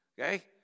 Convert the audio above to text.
Okay